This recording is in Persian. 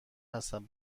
هستم